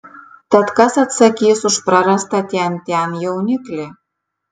tad kas atsakys už prarastą tian tian jauniklį